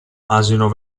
asino